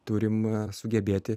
turim sugebėti